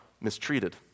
mistreated